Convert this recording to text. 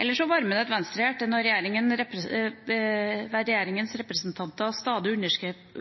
når regjeringas representanter stadig